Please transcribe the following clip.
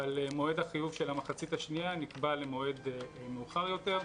אבל מועד החיוב של המחצית השנייה נקבע למועד מאוחר יותר.